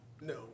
No